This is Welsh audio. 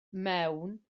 mewn